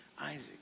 Isaac